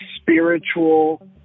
spiritual